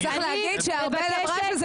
אני מבקשת --- וצריך להגיד שארבל אמרה שזה